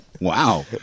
Wow